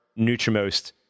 Nutrimost